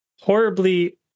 horribly